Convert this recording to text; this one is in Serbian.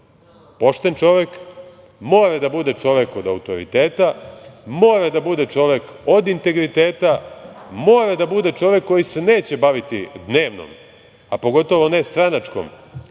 pošten čovek, mora da bude čovek od autoriteta, mora da bude čovek od integriteta, mora da bude čovek koji se neće baviti dnevnom, a pogotovo ne stranačkom